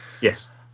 Yes